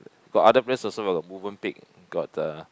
got other place also mah got Movenpick got the